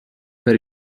per